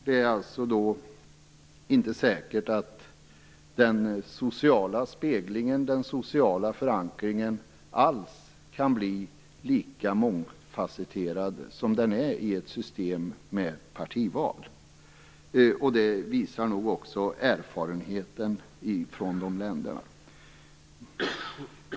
Det är alltså inte säkert att den sociala speglingen och förankringen alls kan bli lika mångfacetterad som den är i ett system med partival. Detta visar också erfarenheterna från de länderna.